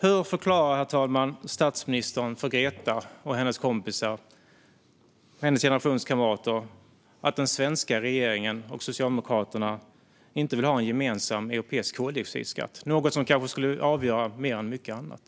Hur förklarar, herr talman, statsministern för Greta och hennes generationskamrater att den svenska regeringen och Socialdemokraterna inte vill ha en gemensam europeisk koldioxidskatt, något som kanske skulle vara mer avgörande än mycket annat?